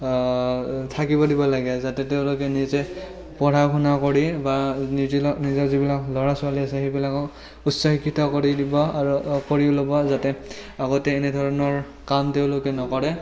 থাকিব দিব লাগে যাতে তেওঁলোকে নিজে পঢ়া শুনা কৰি বা নিজৰ যিবিলাক ল'ৰা ছোৱালী আছে সেইবিলাকক উচ্চ শিক্ষিত কৰি দিব আৰু কৰি ল'ব যাতে আকৌ তেনেধৰণৰ কাম তেওঁলোকে নকৰে